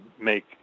make